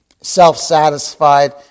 self-satisfied